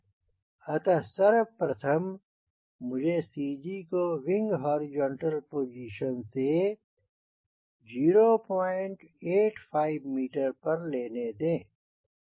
अतः सर्वप्रथम मुझे CG को विंग हॉरिजॉन्टल पोजीशन से 085 मीटर पर लेने दें